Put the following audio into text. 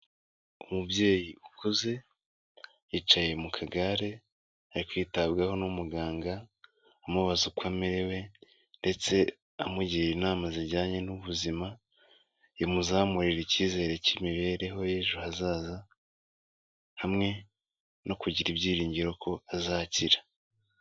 Umubyeyi ukuze, yicaye mu kagare ari kwitabwaho n'umuganga umubaza uko amerewe, ndetse amugira inama zijyanye n'ubuzima, bimuzamurira icyizere cy'imibereho y'ejo hazaza, hamwe no kugira ibyiringiro ko azakira.